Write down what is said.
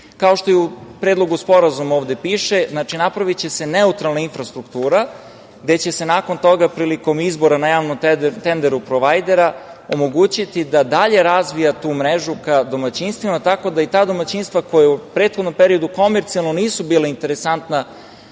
kao što u Predlogu sporazuma ovde piše, napraviće se neutralna infrastruktura, gde će se nakon toga, prilikom izbora na javnom tenderu provajdera, omogućiti da dalje razvija tu mrežu ka domaćinstvima, tako da i ta domaćinstva koja u prethodnom periodu nisu bila komercijalno interesantna